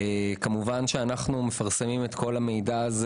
כמובן שאנחנו מפרסמים את כל המידע הזה